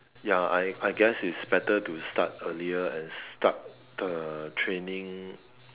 ya I I guess it's better to start earlier and start the training